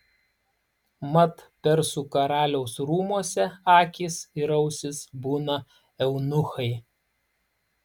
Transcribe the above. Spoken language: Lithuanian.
mat persų karaliaus rūmuose akys ir ausys būna eunuchai